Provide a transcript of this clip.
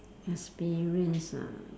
experience ah